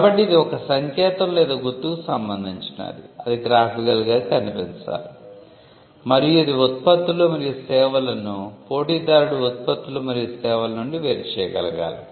కాబట్టి ఇది ఒక సంకేతం లేదా గుర్తుకు సంబంధించినది అది గ్రాఫికల్గా కనిపించాలి మరియు ఇది 'ఉత్పత్తులు మరియు సేవలను' పోటీదారుడి 'ఉత్పత్తులు మరియు సేవల' నుండి వేరు చేయగలగాలి